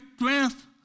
strength